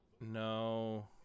No